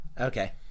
Okay